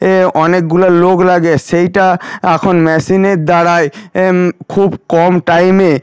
এ অনেকগুলো লোক লাগে সেইটা এখন মেশিনের দ্বারাই খুব কম টাইমে